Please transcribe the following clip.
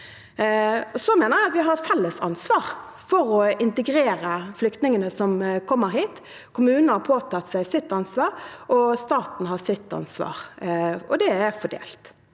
vi har et felles ansvar for å integrere flyktningene som kommer hit. Kommunene har påtatt seg sitt ansvar, og staten har sitt ansvar. Det er fordelt.